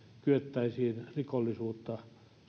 kyettäisiin rikollisuutta